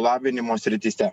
lavinimo srityse